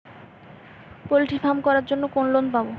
Poultry farm করার জন্য কোন লোন পাব?